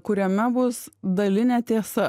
kuriame bus dalinė tiesa